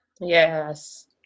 Yes